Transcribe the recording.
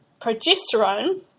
progesterone